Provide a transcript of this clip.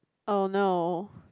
oh no